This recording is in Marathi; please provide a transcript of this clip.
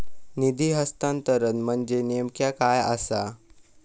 निधी हस्तांतरण म्हणजे नेमक्या काय आसा?